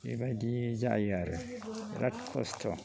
बेबायदि जायो आरो बिराथ खस्थ